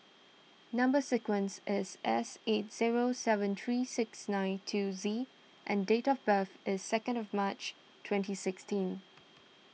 Number Sequence is S eight zero seven three six nine two Z and date of birth is second of March twenty sixteen